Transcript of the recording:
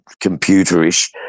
computer-ish